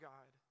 God